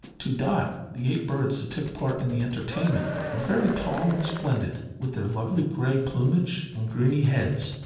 to dot, the eight birds that took part in the entertainment were very tall and splendid, with their lovely grey plumage and greeny heads,